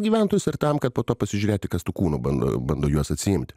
gyventojus ir tam kad po to pasižiūrėti kas tų kūnų bando bando juos atsiimti